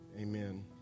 Amen